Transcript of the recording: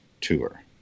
tour